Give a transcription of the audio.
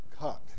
cut